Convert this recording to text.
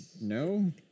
No